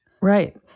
Right